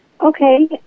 Okay